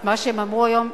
את מה שהם אמרו היום,